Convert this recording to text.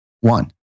One